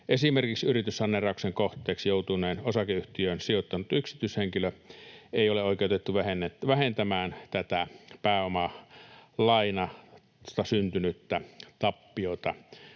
esimerkiksi yrityssaneerauksen kohteeksi joutuneeseen osakeyhtiöön sijoittanut yksityishenkilö ei ole oikeutettu vähentämään tätä pääomalainasta syntynyttä tappiota